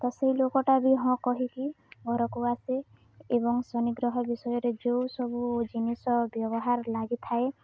ତ ସେଇ ଲୋକଟା ବି ହଁ କହିକି ଘରକୁ ଆସେ ଏବଂ ଶନି ଗ୍ରହ ବିଷୟରେ ଯୋଉ ସବୁ ଜିନିଷ ବ୍ୟବହାର ଲାଗିଥାଏ